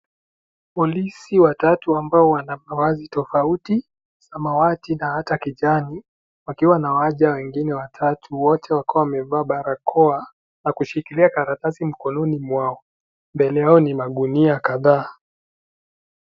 Polisi watatu ambao wana mavazi tofauti , samawati na hata ya kijani wakiwa na waja wengine watatu, wote wakiwa wamevaa na barakoa na kushikilia karatasi mikononi mwao. Mbele yao ni magunia kadhaa.